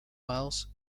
miles